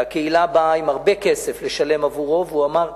שהקהילה באה עם הרבה כסף לשלם עבורו והוא אמר,